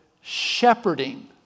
shepherding